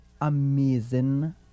amazing